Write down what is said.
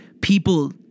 people